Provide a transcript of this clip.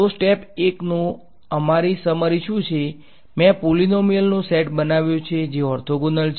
તો સ્ટેપ 1 નો અમારો સમરી શું છે મેં પોલીનોમીયલ નો સેટ બનાવ્યો છે જે ઓર્થોગોનલ છે